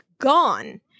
gone